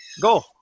Go